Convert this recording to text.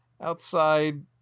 outside